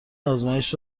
آزمایش